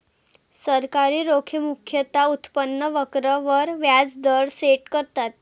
सरकारी रोखे मुख्यतः उत्पन्न वक्र वर व्याज दर सेट करतात